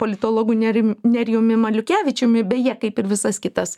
politologu nerijum nerijumi maliukevičiumi beje kaip ir visas kitas